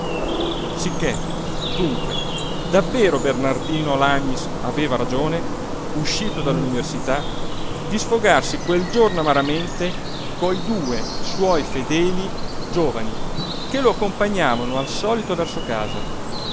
sicché dunque davvero bernardino lamis aveva ragione uscito dall'università di sfogarsi quel giorno amaramente coi due suoi fedeli giovani che lo accompagnavano al solito verso casa